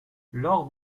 lors